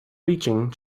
reaching